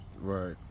Right